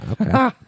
Okay